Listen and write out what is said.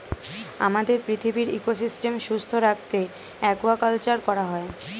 আমাদের পৃথিবীর ইকোসিস্টেম সুস্থ রাখতে অ্য়াকুয়াকালচার করা হয়